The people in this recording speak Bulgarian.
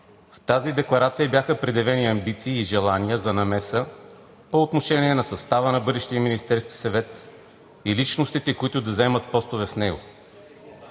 В тази декларация бяха предявени амбиции и желания за намеса по отношение на състава на бъдещия Министерски съвет и личностите, които да заемат постове в него.